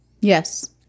Yes